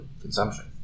consumption